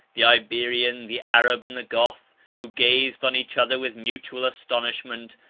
the iberian, the arab, and the goth, who gazed on each other with mutual astonishment,